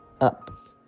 up